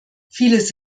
vieles